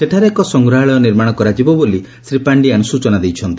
ସେଠାରେ ଏକ ସଂଗ୍ରହାଳୟ ନିର୍ମାଣ କରାଯିବ ବୋଲି ଶ୍ରୀ ପାଣ୍ଡିଆନ୍ ସ୍ଚନା ଦେଇଛନ୍ତି